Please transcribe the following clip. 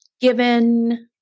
given